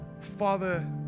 Father